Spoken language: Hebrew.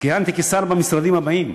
כיהנתי כשר במשרדים הבאים: